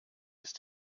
ist